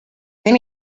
then